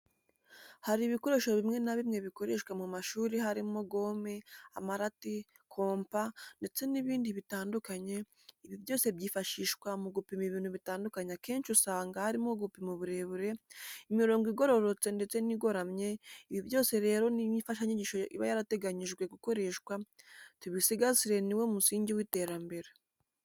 Hari ibikoresho bimwe na bimwe bikoreshwa mu mashuri harimo, gome, amarati, kompa ndetse n'ibindi bitandukanye, ibi byose byifashishwa mu gupima ibintu bitandukanye akenshi usanga harimo gupima uburebure, imirongo igirorotse ndetse n'igoramye, ibi byose rero ni imfashanyigisho iba yarateganyijwe gukoreshwa, tubisigasire ni wo musingi w'iterambere.